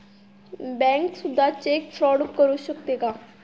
Bank सुद्धा cheque fraud करू शकते का?